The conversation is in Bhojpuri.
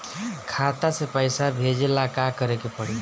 खाता से पैसा भेजे ला का करे के पड़ी?